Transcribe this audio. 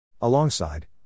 Alongside